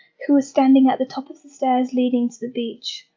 who was standing at the top of the stairs leading to the beach,